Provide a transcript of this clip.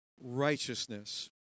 righteousness